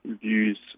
views